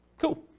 cool